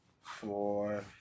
four